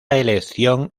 elección